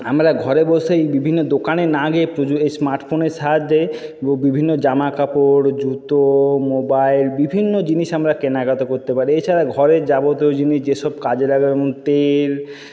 আমরা ঘরে বসেই বিভিন্ন দোকানে না গিয়েই পুজোয় স্মার্ট ফোনের সাহায্যে বিভিন্ন জামা কাপড় জুতো মোবাইল বিভিন্ন জিনিস আমরা কেনাকাটা করতে পারি এছাড়া ঘরের যাবতীয় জিনিস যেসব কাজে লাগে তেল